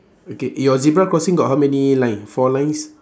okay your zebra crossing got how many line four lines